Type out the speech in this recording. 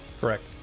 Correct